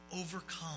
overcome